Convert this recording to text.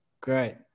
Great